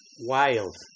wild